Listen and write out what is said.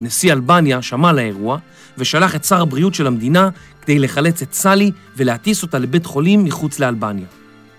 ‫נשיא אלבניה שמע על האירוע, ‫ושלח את שר הבריאות של המדינה, ‫כדי לחלץ את סאלי, ולהטיס אותה ‫לבית חולים מחוץ לאלבניה.